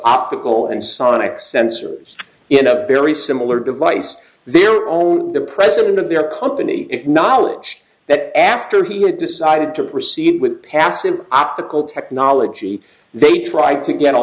optical and sonic sensors in a very similar device their own the president of their company acknowledge that after he had decided to proceed with passive optical technology they tried to get a